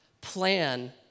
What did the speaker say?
plan